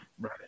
right